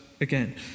again